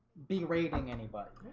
be raving anybody.